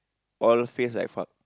all face like fuck